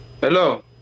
Hello